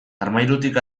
armairutik